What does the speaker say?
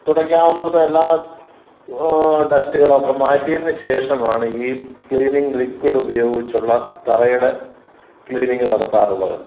തുടക്കാവുന്നെടുത്തെല്ലാ ഡസ്റ്റുകളൊക്കെ മാറ്റിയതിന് ശേഷമാണ് ഈ ക്ലീനിങ്ങ് ലിക്വിഡുപയോഗിച്ചുള്ള തറയുടെ ക്ലീനിങ്ങ് നടത്താറുള്ളത്